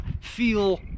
feel